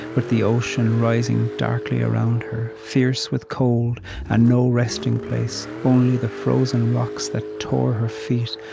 with the ocean rising darkly around her, fierce with cold and no resting place, only the frozen rocks that tore her feet,